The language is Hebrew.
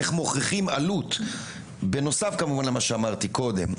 איך מוכיחים עלות בנוסף כמובן למה שאמרתי קודם.